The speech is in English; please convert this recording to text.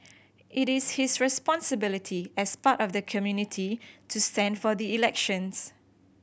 it is his responsibility as part of the community to stand for the elections